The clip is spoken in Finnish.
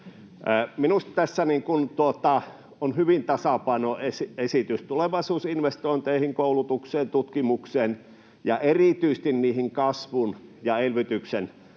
Minusta tässä on hyvin tasapainoinen esitys tulevaisuusinvestointeihin, koulutukseen, tutkimukseen ja erityisesti niihin kasvun ja elvytyksen